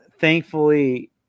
thankfully